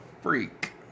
freak